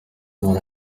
hari